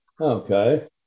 Okay